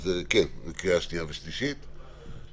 הצעה לסדר של חברת הכנסת קארין אלהרר, בקשה.